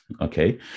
okay